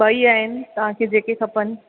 ॿई आहिनि तव्हांखे जेके खपनि